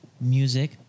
music